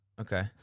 okay